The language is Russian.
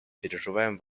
переживаем